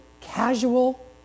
casual